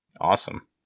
Awesome